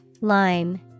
Line